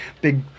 big